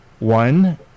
One